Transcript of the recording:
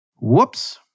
whoops